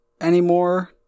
anymore